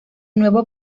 nuevo